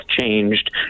changed